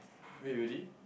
wait really